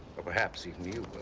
or perhaps even you